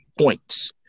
points